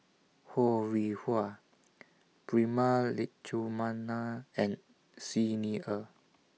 Ho Rih Hwa Prema Letchumanan and Xi Ni Er